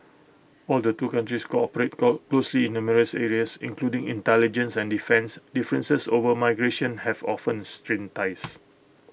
while the two countries cooperate call closely in numerous areas including intelligence and defence differences over migration have often strained ties